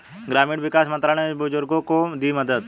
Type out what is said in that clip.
ग्रामीण विकास मंत्रालय ने बुजुर्गों को दी मदद